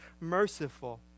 merciful